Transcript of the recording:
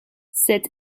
cette